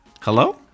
hello